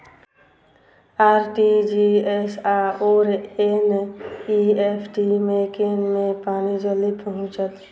RTGS आओर NEFT मे केँ मे पानि जल्दी पहुँचत